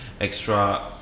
extra